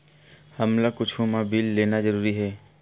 हमला कुछु मा बिल लेना जरूरी हे?